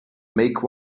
make